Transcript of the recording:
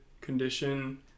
condition